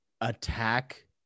attack